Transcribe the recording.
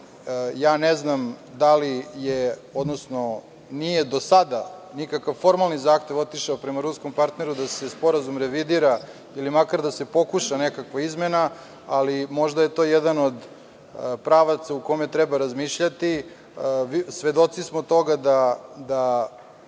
nafte. Ne znam da li je, odnosno nije do sada nikakav formalni zahtev otišao prema ruskom partneru da se sporazum revidira ili da se makar pokuša nekakva izmena, ali možda je to jedan od pravaca u kome treba razmišljati. Svedoci smo toga da